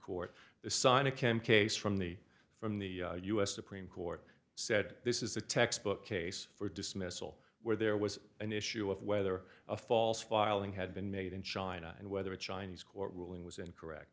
court sign it can case from the from the u s supreme court said this is a textbook case for dismissal where there was an issue of whether a false filing had been made in china and whether the chinese court ruling was incorrect